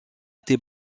été